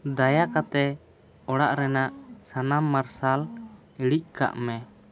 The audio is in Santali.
ᱫᱟᱭᱟ ᱠᱟᱛᱮ ᱚᱲᱟᱜ ᱨᱮᱱᱟᱜ ᱥᱟᱱᱟᱢ ᱢᱟᱨᱥᱟᱞ ᱤᱲᱤᱡ ᱠᱟᱜ ᱢᱮ